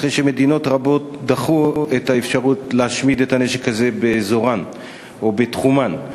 אחרי שמדינות רבות דחו את האפשרות שהנשק הזה יושמד באזורן או בתחומן.